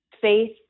faith